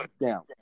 down